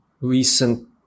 recent